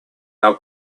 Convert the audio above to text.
our